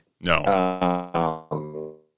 No